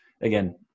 again